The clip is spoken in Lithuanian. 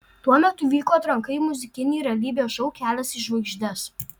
tuo metu vyko atranka į muzikinį realybės šou kelias į žvaigždes